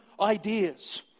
ideas